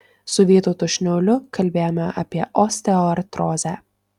su vytautu šniuoliu kalbėjome apie osteoartrozę